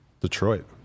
Detroit